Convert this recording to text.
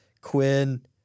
Quinn